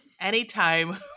anytime